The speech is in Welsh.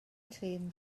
trin